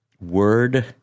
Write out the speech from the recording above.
word